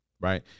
right